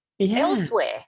elsewhere